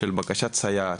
של בקשת סייעת.